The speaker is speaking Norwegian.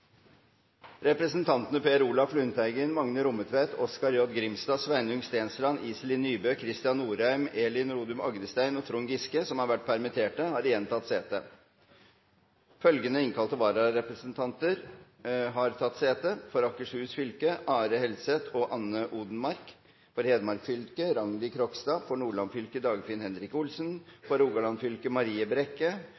Representantene påhørte stående presidentens minnetale. Representantene Per Olaf Lundteigen, Magne Rommetveit, Oskar J. Grimstad, Sveinung Stensland, Iselin Nybø, Kristian Norheim, Elin Rodum Agdestein og Trond Giske, som har vært permittert, har igjen tatt sete. Følgende innkalte vararepresentanter har tatt sete: For Akershus fylke: Are Helseth og Anne Odenmarck For Hedmark fylke: Rangdi Krogstad For Nordland fylke: Dagfinn Henrik Olsen